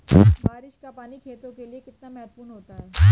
बारिश का पानी खेतों के लिये कितना महत्वपूर्ण होता है?